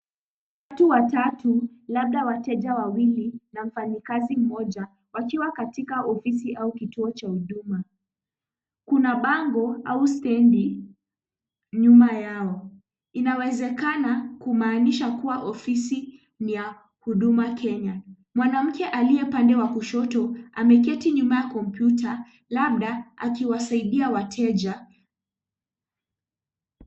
Watu watatu labda wateja wawili na mfanyikazi mmoja, wakiwa katika ofisi au kituo cha huduma. Kuna bango au sikendi nyuma yao. Inawezakana kumanisha kuwa ofisi ni ya Huduma Kenya. Mwanamke aliye pande ya kushoto, ameketi nyuma ya kompyuta labda akiwasaidia wateja.